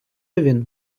він